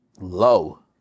low